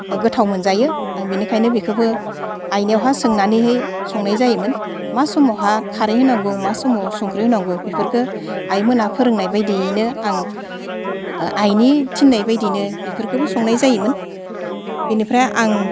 गोथाव मोनजायो आं बिनिखायनो बेखोबो आइनियावहा सोंनानैहै संनाय जायोमोन मा समावहा खारै होनांगौ मा समाव संख्रि होनांगौ बेफोरखो आइमोना फोरोंनाय बायदियैनो आं आइनि थिननाय बायदिनो बेफोरखोबो संनाय जायोमोन बिनिफ्राय आं